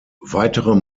weitere